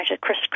Chris